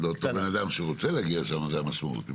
לאותו בן אדם שרוצה להגיע לשם זו המשמעות.